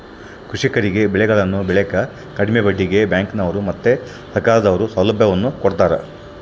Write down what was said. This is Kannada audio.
ಕೃಷಿಕರಿಗೆ ಬೆಳೆಗಳನ್ನು ಬೆಳೆಕ ಕಡಿಮೆ ಬಡ್ಡಿಗೆ ಬ್ಯಾಂಕಿನವರು ಮತ್ತೆ ಸರ್ಕಾರದವರು ಸೌಲಭ್ಯವನ್ನು ಕೊಡ್ತಾರ